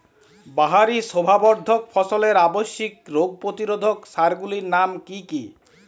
বাহারী শোভাবর্ধক ফসলের আবশ্যিক রোগ প্রতিরোধক সার গুলির নাম কি কি?